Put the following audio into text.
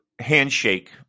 handshake